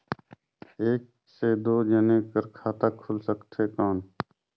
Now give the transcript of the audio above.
एक से दो जने कर खाता खुल सकथे कौन?